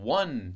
one